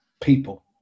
people